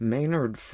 Maynard